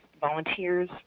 volunteers